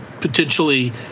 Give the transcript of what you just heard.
potentially